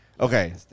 Okay